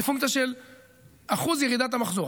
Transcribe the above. היא פונקציה של אחוז ירידת המחזור.